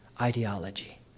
ideology